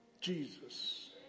Jesus